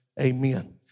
Amen